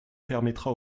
permettra